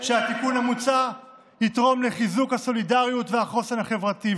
שהתיקון המוצע יתרום לחיזוק הסולידריות והחוסן החברתי.